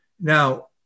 Now